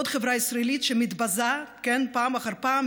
עוד חברה ישראלית שמתבזה פעם אחר פעם,